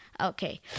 Okay